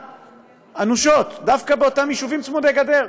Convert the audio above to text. שפגעה אנושות דווקא באותם יישובים צמודי-גדר,